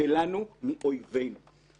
שלנו מאויבינו.